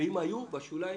ואם היו, הן היו בשוליים.